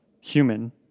human